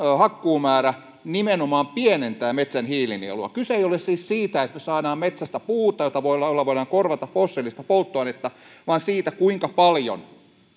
hakkuumäärä nimenomaan pienentää metsän hiilinielua kyse ei ole siis siitä että saadaan metsästä puuta jolla voidaan korvata fossiilista polttoainetta vaan siitä kuinka paljon